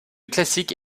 classique